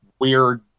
weird